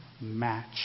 match